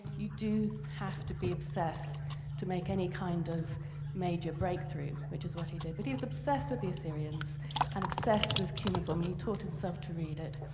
you do have to be obsessed to make any kind of major breakthrough, which is what he did. but he was obsessed with the assyrians and obsessed with cuneiform, and he taught himself to read it.